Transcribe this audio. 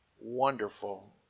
Wonderful